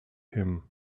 him